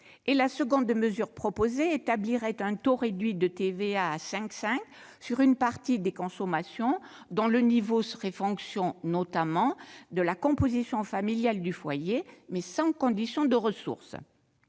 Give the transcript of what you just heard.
; la seconde mesure proposée établirait un taux réduit de TVA à 5,5 % sur une partie des consommations, dont le niveau serait fonction, notamment, de la composition familiale du foyer, mais sans condition de ressources.